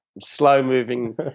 slow-moving